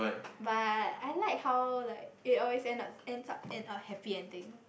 but I like how like it always end up ends up in a happy ending